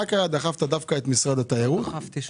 למה דחפת דווקא את משרד התיירות?